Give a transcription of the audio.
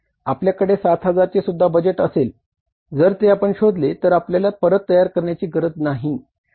आपल्याकडे 7000 चे सुद्धा बजेट असेल जर आपण शोधले तर आपल्याला परत तयार करण्याची गरज नाही